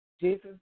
Jesus